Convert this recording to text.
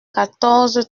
quatorze